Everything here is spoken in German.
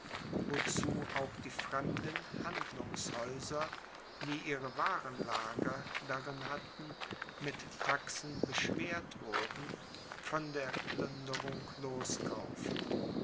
wozu auch die fremden handlungshäuser die ihre warenlager darin hatten mit taxen beschwert wurden von der plünderung loskaufen